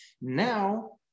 Now